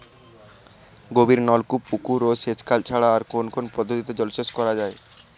গভীরনলকূপ পুকুর ও সেচখাল ছাড়া আর কোন কোন পদ্ধতিতে জলসেচ করা যায়?